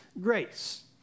grace